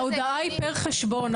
ההודעה היא פר חשבון.